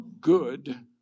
good